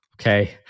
Okay